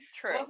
true